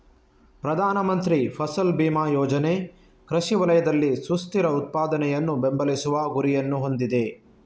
ಪ್ರಧಾನ ಮಂತ್ರಿ ಫಸಲ್ ಬಿಮಾ ಯೋಜನೆ ಕೃಷಿ ವಲಯದಲ್ಲಿ ಸುಸ್ಥಿರ ಉತ್ಪಾದನೆಯನ್ನು ಬೆಂಬಲಿಸುವ ಗುರಿಯನ್ನು ಹೊಂದಿದೆ